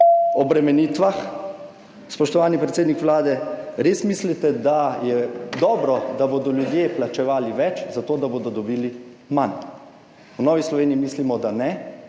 obremenitvah, spoštovani predsednik Vlade, res mislite, da je dobro, da bodo ljudje plačevali več za to, da bodo dobili manj? V Novi Sloveniji mislimo, da ne.